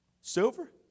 Silver